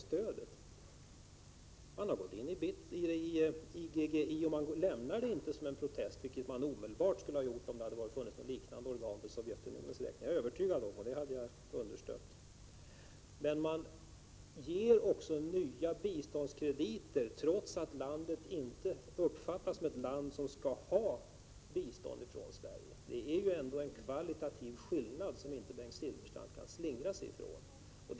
Sverige har gått in i IGGI och lämnar det inte som en protest, vilket den svenska regeringen omedelbart skulle ha gjort om det funnits något liknande organ för Sovjetunionens räkning. Det är jag övertygad om, och det hade jag understött. Sverige ger också nya biståndskrediter, trots att Indonesien inte uppfattas som ett land som skall ha bistånd från Sverige. Det är ändå en kvalitativ skillnad som Bengt Silfverstrand inte kan slingra sig ifrån.